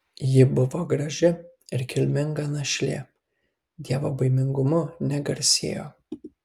ji buvo graži ir kilminga našlė dievobaimingumu negarsėjo